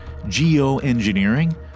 Geoengineering